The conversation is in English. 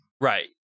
Right